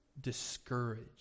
discouraged